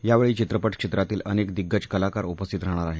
यावेळी चित्रपाक्षेत्रातील अनेक दिगंज कलाकार उपस्थित राहणार आहेत